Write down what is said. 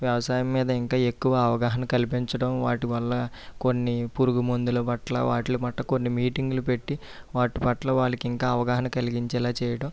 వ్యవసాయం మీద ఇంకా ఎక్కువ అవగాహన కల్పించడం వాటి వల్ల కొన్ని పురుగు మందుల పట్ల వాటిలి పట్ల కొన్ని మీటింగులు పెట్టి వాటి పట్ల వాళ్ళకి ఇంకా అవగాహన కలిగించేలా చేయటం